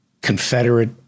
Confederate